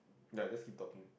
ya just keep talking